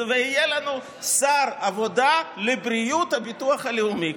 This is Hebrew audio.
ויהיה לנו שר עבודה לבריאות הביטוח הלאומי.